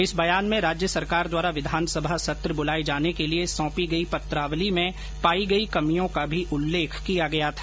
इस बयान में राज्य सरकार द्वारा विधानसभा सत्र बुलाए जाने के लिए सौंपी गई पत्रावली में पायी गयी कमियों का भी उल्लेख किया था